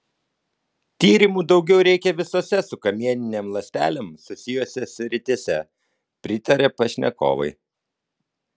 tyrimų daugiau reikia visose su kamieninėm ląstelėm susijusiose srityse pritaria pašnekovai